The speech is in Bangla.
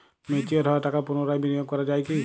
ম্যাচিওর হওয়া টাকা পুনরায় বিনিয়োগ করা য়ায় কি?